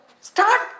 start